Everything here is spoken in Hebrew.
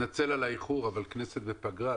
אני מתנצל על האיחור אבל הכנסת בפגרה,